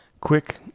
quick